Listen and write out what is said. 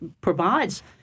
provides